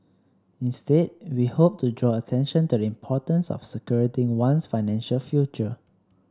instead we hoped to draw attention to the importance of securing one's financial future